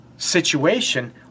Situation